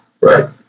Right